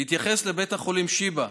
בהתייחס לבית החולים שיבא,